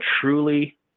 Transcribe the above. truly